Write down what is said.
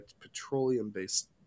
petroleum-based